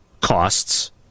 costs